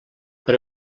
per